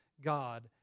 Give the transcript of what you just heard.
God